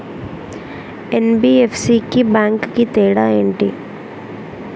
NBFC కి bank కి తేడా ఏంటి?